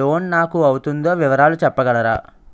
Loan నాకు అవుతుందో వివరాలు చెప్పగలరా?